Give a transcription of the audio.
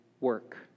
work